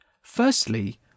Firstly